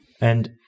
And-